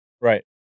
Right